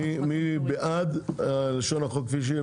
מי בעד לשון החוק כפי שהיא?